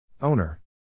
Owner